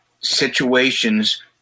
situations